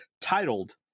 titled